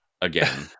again